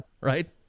right